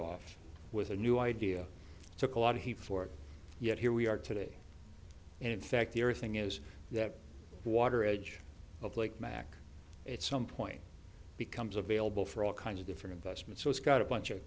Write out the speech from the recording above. off with a new idea took a lot of heat for it yet here we are today in fact the earthing is that water edge of lake mack at some point becomes available for all kinds of different investments so it's got a bunch of